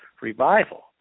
revival